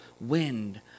wind